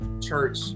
church